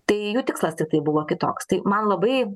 tai jų tikslas tik tai buvo kitoks tai man labai